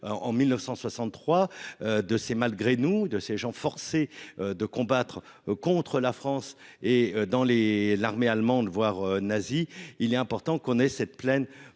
en 1963 de ces malgré-nous de ces gens forcés de combattre contre la France et dans les l'armée allemande, voire nazis, il est important qu'on ait cette pleine